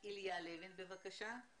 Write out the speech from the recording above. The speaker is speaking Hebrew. איליה לוין, בבקשה.